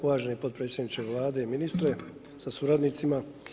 Uvaženi potpredsjedniče Vlade i ministre sa suradnicima.